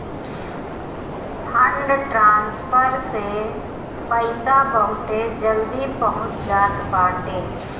fund transfer से पईसा बहुते जल्दी पहुंच जात बाटे